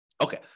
Okay